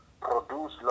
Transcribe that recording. produce